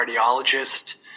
cardiologist